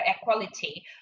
equality